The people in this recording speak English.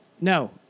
no